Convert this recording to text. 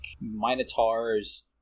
Minotaur's